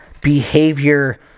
behavior